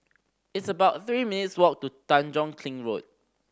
it's about three minutes' walk to Tanjong Kling Road